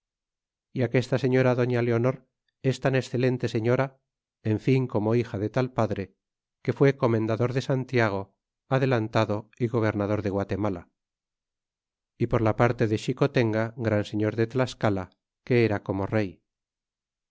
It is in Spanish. y aquesta señora doña leonor es tan excelente señora en fin como hija de tal padre que fué comendador de santiago adelantado y gobernador de guatemala y por la parte de xicotenga gran señor de tlascala que era como rey